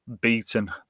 beaten